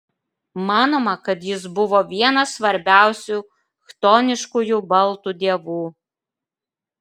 manoma kad jis buvo vienas svarbiausių chtoniškųjų baltų dievų